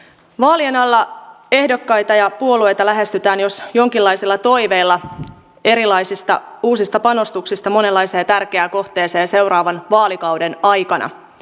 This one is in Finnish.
vaalien alla ehdokkaita ja puolueita lähestytään jos jonkinlaisella toiveella erilaisista uusista panostuksista monenlaiseen tärkeään kohteeseen seuraavan vaalikauden aikana